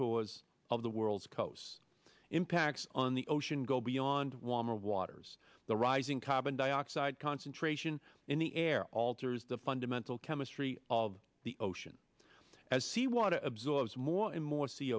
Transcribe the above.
contours of the world's coasts impacts on the ocean go beyond warmer waters the rising carbon dioxide concentration in the air alters the fundamental chemistry of the ocean as sea water absorbs more and more c